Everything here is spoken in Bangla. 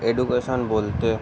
এডুকেশান বলতে